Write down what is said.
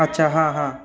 अच्छा हां हां